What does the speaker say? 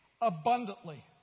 abundantly